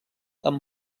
amb